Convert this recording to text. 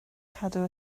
cadw